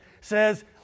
says